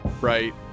right